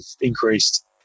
increased